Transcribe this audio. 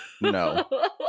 No